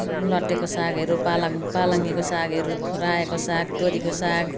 लट्टेको सागहरू पालङ पालङ्गेको सागहरू रायोको साग तोरीको साग